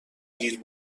دیر